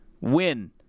win